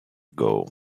ago